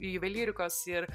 juvelyrikos ir